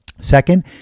Second